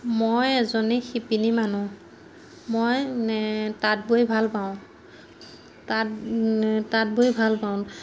মই এজনী শিপিনী মানুহ মই তাঁত বৈ ভাল পাওঁ তাঁত তাঁত বৈ ভাল পাওঁ